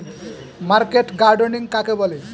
Market gardening কাকে বলে?